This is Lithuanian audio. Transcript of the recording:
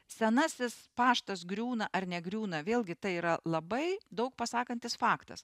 senasis paštas griūna ar negriūna vėlgi tai yra labai daug pasakantis faktas